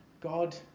god